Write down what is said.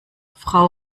frau